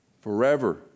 forever